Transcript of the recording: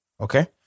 okay